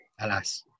alas